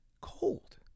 cold